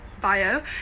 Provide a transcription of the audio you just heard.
bio